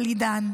ללידן,